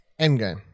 Endgame